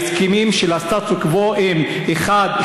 ההסכמים של הסטטוס-קוו הם 1,